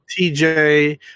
TJ